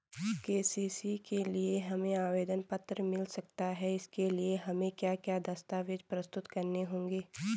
KCC के लिए हमें आवेदन पत्र मिल सकता है इसके लिए हमें क्या क्या दस्तावेज़ प्रस्तुत करने होंगे?